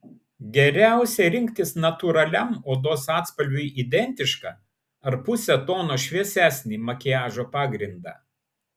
geriausia rinktis natūraliam odos atspalviui identišką ar puse tono šviesesnį makiažo pagrindą